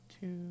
two